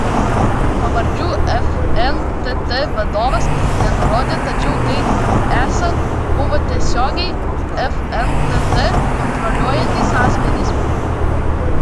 pavardžių fntt vadovas nenurodė tačiau tai esą buvo tiesiogiai fntt kontroliuojantys asmenys